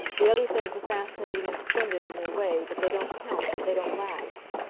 the other things are fascinating and splendid in their way, but they don't count, they don't last.